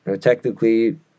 technically